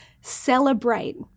celebrate